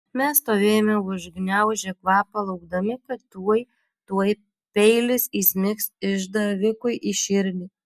mes stovėjome užgniaužę kvapą laukdami kad tuoj tuoj peilis įsmigs išdavikui į širdį